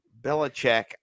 Belichick